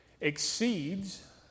exceeds